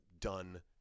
done